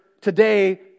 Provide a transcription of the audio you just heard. today